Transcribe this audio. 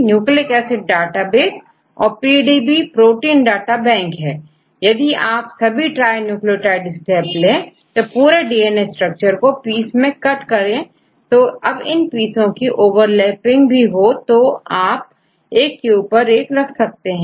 nucleic acid database औरPDB protein data bank है यदि आप सभी ट्राई न्यूक्लियोटाइड स्टेप ले और पूरे डीएनए स्ट्रक्चर को पीस में कट करें तोयदि इन पीस की ओवरलैपिंग भी हो तो तो भी आप एक के ऊपर एक रख सकते हैं